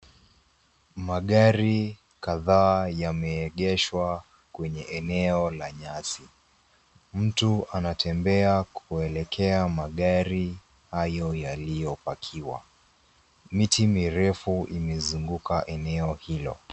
Magari kadhaa yameegeshwa kwenye eneo la nyasi. Mtu anatembea kuelekea magari hayo yaliyopakiwa. Miti mirefu imezunguka eneo hilo.